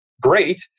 Great